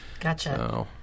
Gotcha